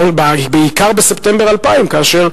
בעיקר בספטמבר 2000 כאשר,